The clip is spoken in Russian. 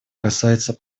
касается